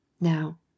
Now